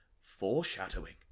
foreshadowing